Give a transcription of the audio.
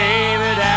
David